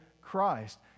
Christ